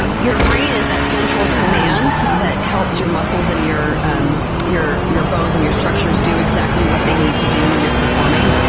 your brain is that central command that helps your muscles and your um your bones and your structures do exactly what they need to do when you're performing.